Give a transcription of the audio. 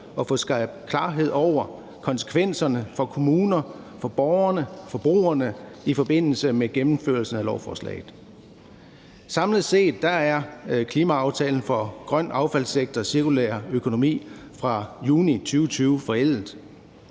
at få skabt klarhed over konsekvenserne for kommuner, for borgerne og for forbrugerne i forbindelse med gennemførelsen af lovforslaget. Samlet set er »Klimaplan for en grøn affaldssektor og cirkulær økonomi« fra juni 2020 forældet,